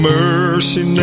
mercy